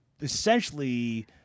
essentially